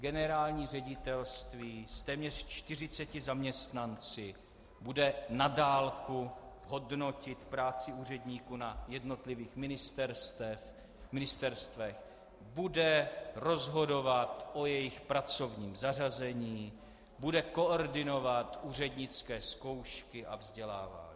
Generální ředitelství s téměř 40 zaměstnanci bude na dálku hodnotit práci úředníků na jednotlivých ministerstvech, bude rozhodovat o jejich pracovním zařazení, bude koordinovat úřednické zkoušky a vzdělávání.